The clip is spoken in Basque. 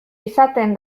izaten